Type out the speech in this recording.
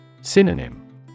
Synonym